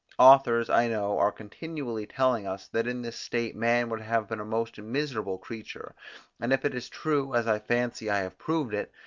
authors, i know, are continually telling us, that in this state man would have been a most miserable creature and if it is true, as i fancy i have proved it,